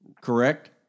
correct